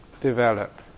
develop